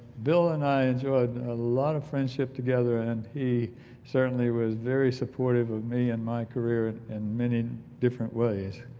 bill and i enjoyed a lot of friendship together and he certainly was very supportive of me and my career and many different ways.